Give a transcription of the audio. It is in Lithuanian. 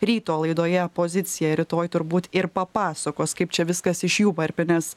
ryto laidoje pozicija rytoj turbūt ir papasakos kaip čia viskas iš jų varpinės